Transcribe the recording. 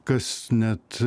kas net